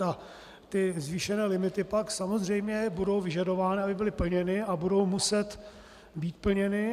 A zvýšené limity pak samozřejmě budou vyžadovány, aby byly plněny, a budou muset být plněny.